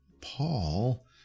Paul